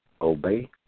obey